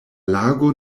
lago